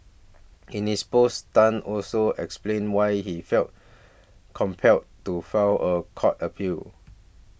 in his post Tan also explained why he felt compelled to file a court appeal